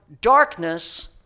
darkness